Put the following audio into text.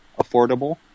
affordable